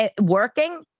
working